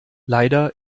leider